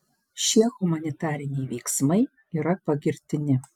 šie humanitariniai veiksmai yra pagirtini